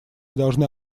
должны